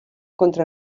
contra